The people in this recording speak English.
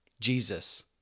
Jesus